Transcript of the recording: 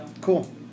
Cool